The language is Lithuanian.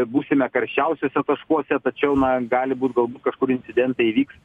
būsime karščiausiuose taškuose tačiau na gali būt galbūt kažkur incidentai įvyks